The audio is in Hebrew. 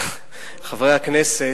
חברי הכנסת,